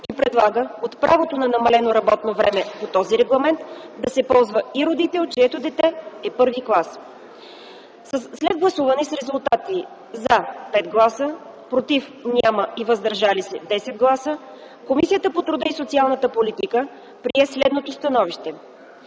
и предлага от правото на намалено работно време по този регламент да се ползва и родител, чието дете е първи клас. След гласуване с резултати: „за” – 5 гласа, „против” – няма и „въздържали се” – 10 гласа. Комисията по труда и социалната политика прие следното становище: